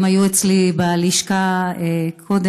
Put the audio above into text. הם היו אצלי בלשכה קודם,